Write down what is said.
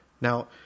Now